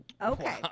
Okay